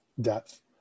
depth